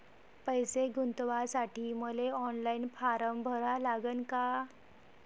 पैसे गुंतवासाठी मले ऑनलाईन फारम भरा लागन का?